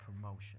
promotion